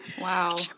Wow